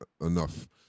enough